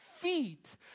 Feet